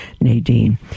nadine